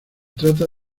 trata